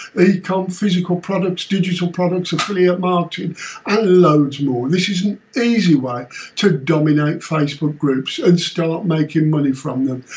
ecom, physical products, digital products, affiliate marketing and loads more. this is an easy way to dominate facebook groups and start making money from them.